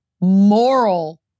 moral